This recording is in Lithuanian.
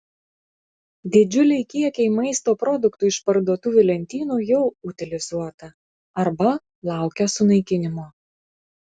didžiuliai kiekiai maisto produktų iš parduotuvių lentynų jau utilizuota arba laukia sunaikinimo